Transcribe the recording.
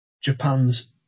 Japan's